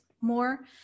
more